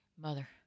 Mother